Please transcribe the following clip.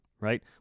right